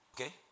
Okay